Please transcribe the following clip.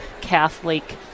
Catholic